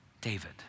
David